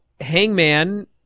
hangman